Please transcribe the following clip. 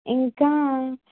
ఇంకా